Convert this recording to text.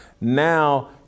Now